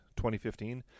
2015